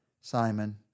Simon